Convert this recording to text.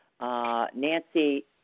Nancy